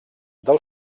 del